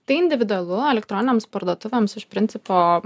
tai individualu elektroninėms parduotuvėms iš principo